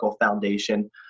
foundation